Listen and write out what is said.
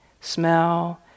smell